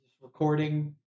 recording